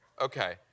Okay